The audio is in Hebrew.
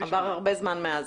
עבר הרבה זמן מאז.